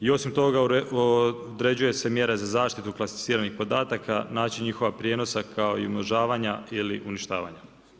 I osim toga, određuje se mjera za zaštitu klasificiranih podataka, način njihova prijenosa kao i umnožavanja ili uništavanja.